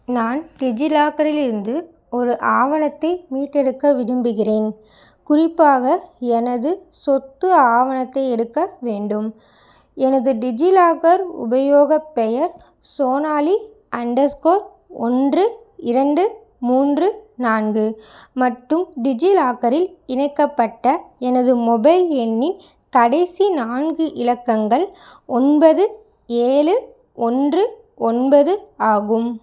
நான் டிஜிலாக்கரில் இருந்து ஒரு ஆவணத்தை மீட்டெடுக்க விரும்புகிறேன் குறிப்பாக எனது சொத்து ஆவணத்தை எடுக்க வேண்டும் எனது டிஜிலாக்கர் உபயோகப் பெயர் சோனாலி அண்டர் ஸ்கோர் ஒன்று இரண்டு மூன்று நான்கு மற்றும் டிஜிலாக்கரில் இணைக்கப்பட்ட எனது மொபைல் எண்ணின் கடைசி நான்கு இலக்கங்கள் ஒன்பது ஏழு ஒன்று ஒன்பது ஆகும்